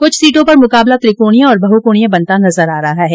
क्छ सीटों पर मुकाबला त्रिकोणीय और बहुकोणीय बनता नजर आ रहा है